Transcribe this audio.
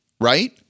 right